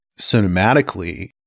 cinematically